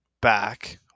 back